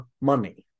money